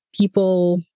people